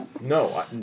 No